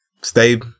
stay